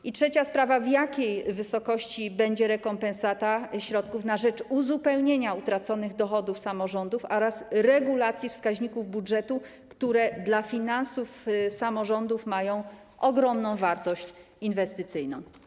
I trzecia sprawa: W jakiej wysokości będzie rekompensata środków na rzecz uzupełnienia utraconych dochodów samorządów oraz regulacji wskaźników budżetu, które dla finansów samorządów mają ogromną wartość inwestycyjną?